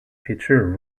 pitcher